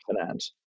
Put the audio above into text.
finance